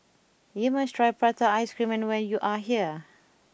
you must try prata ice cream when you are here